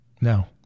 No